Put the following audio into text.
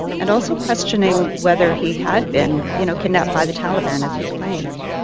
and also questioning whether he had been you know kidnapped by the taliban, as he claimed.